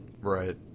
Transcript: Right